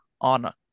on